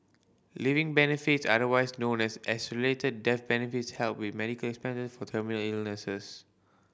living benefits otherwise known as accelerated death benefits help with medical expenses for terminal illnesses